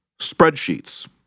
Spreadsheets